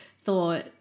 thought